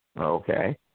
Okay